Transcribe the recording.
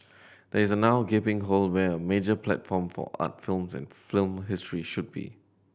there is now a gaping hole where a major platform for art films and film history should be